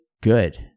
good